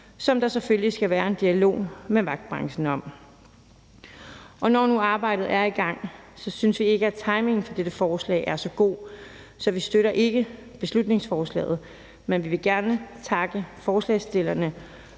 som der selvfølgelig skal være en dialog med vagtbranchen om, og når nu arbejdet er i gang, synes vi ikke, at timingen for dette forslag er så god. Så vi støtter ikke beslutningsforslaget, men vi vil gerne takke forslagsstillerne